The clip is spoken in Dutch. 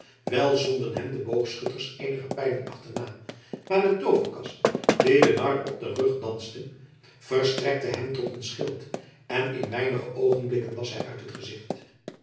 wel zonden hem de boogschutters eenige pijlen achterna maar de tooverkast die den nar op den rug danste verstrekte hem tot een schild en in weinige oogenblikken was hij uit het gezicht